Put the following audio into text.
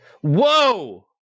Whoa